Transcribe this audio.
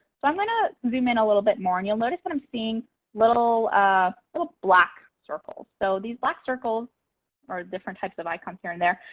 so i'm going to move in a little bit more. and you'll notice and i'm seeing little ah ah black circles. so these black circles are different types of icons here and there.